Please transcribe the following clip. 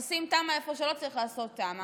עושים תמ"א איפה שלא צריך לעשות תמ"א,